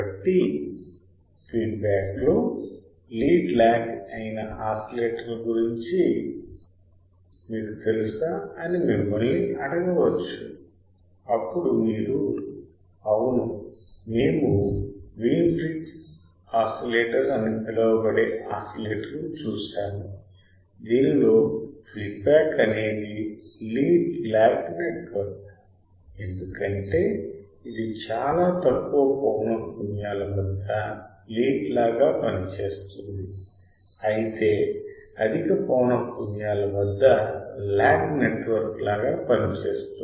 కాబట్టి feed back లో lead lag అయిన ఆసిలేటర్ల గురించి మీకు తెలుసా అని మిమ్మల్ని అడగవచ్చు అప్పుడు మీరు అవును మేము వీన్ బ్రిడ్జ్ ఆసిలేటర్ అని పిలువబడే ఆసిలేటర్ ని చూశాము దీనిలో ఫీడ్బ్యాక్ అనేది లీడ్ లాగ్ నెట్వర్క్ ఎందుకంటే ఇది చాలా తక్కువ పౌనఃపున్యాల వద్ద లీడ్ లాగా పనిచేస్తుంది అయితే అధిక పౌనఃపున్యాల వద్ద లాగ్ నెట్వర్క్ లాగా పనిచేస్తుంది